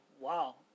wow